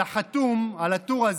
על החתום על הטור,